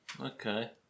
okay